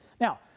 Now